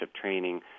training